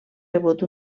rebut